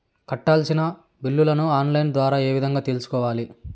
కట్టాల్సిన బిల్లులు online ద్వారా ఏ విధంగా తెలుసుకోవాలి?